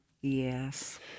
Yes